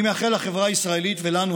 אני מאחל לחברה הישראלית ולנו,